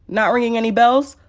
not ringing any bells?